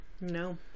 No